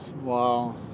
wow